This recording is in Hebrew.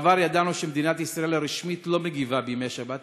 בעבר ידענו שמדינת ישראל הרשמית לא מגיבה בימי שבת,